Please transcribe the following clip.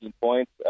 points